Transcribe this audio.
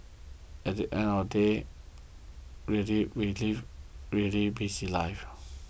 at the end of the day really we live really busy lives